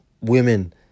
women